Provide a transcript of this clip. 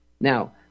Now